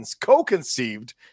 co-conceived